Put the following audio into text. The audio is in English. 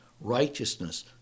righteousness